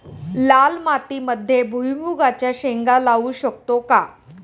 लाल मातीमध्ये भुईमुगाच्या शेंगा लावू शकतो का?